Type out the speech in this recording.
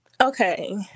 okay